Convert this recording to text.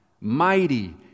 mighty